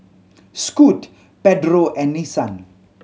Scoot Pedro and Nissan